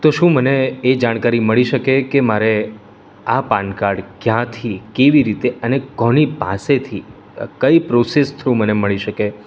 તો શું મને એ જાણકારી મળી શકે કે મારે આ પાન કાર્ડ ક્યાંથી કેવી રીતે અને કોની પાસેથી કઈ પ્રોસેસ થ્રુ મને મળી શકે